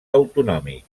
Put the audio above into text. autonòmic